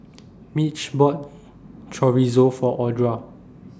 Mitch bought Chorizo For Audra